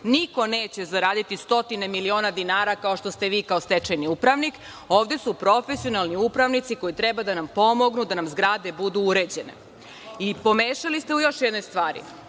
niko neće zaraditi stotine miliona dinara, kao što ste vi kao stečajni upravnik. Ovde su profesionalni upravnici koji treba da nam pomognu da nam zgrade budu uređene. Pomešali ste u još jednoj stvari.